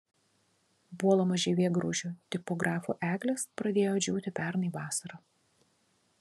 puolamos žievėgraužių tipografų eglės pradėjo džiūti pernai vasarą